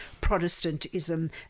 Protestantism